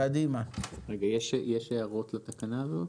יש הערות לתקנה הזאת?